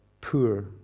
poor